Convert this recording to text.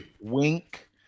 Wink